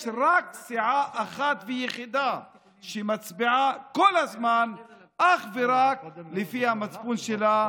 יש רק סיעה אחת ויחידה שמצביעה כל הזמן אך ורק לפי המצפון שלה,